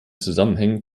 zusammenhängen